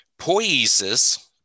Poiesis